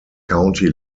county